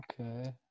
Okay